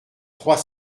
trois